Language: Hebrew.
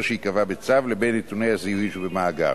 שייקבע בצו לבין נתוני הזיהוי שבמאגר.